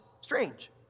strange